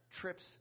trips